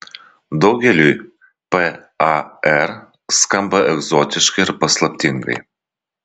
daugeliui par skamba egzotiškai ir paslaptingai